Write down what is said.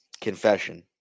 Confession